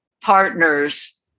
partners